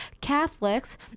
Catholics